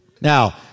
Now